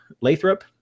Lathrop